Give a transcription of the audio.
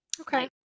Okay